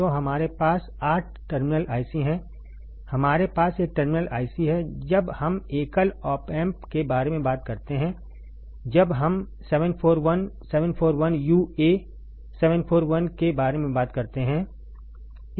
तो हमारे पास 8 टर्मिनल IC है हमारे पास एक टर्मिनल IC है जब हम एकल ऑप एम्प के बारे में बात करते हैं जब हम 741 741 यू ए 741 के बारे में बात करते हैं